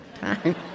time